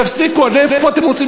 תפסיקו, עד איפה אתם רוצים?